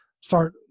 start